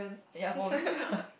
ya probably lah